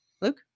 Luke